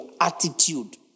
attitude